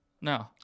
No